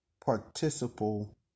Participle